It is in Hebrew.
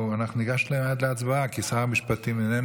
אנחנו ניגש מייד להצבעה, כי שר המשפטים איננו.